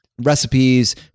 recipes